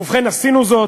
ובכן, עשינו זאת.